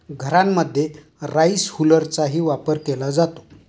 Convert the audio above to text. घरांमध्ये राईस हुलरचाही वापर केला जातो